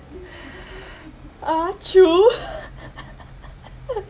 ah chu